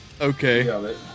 Okay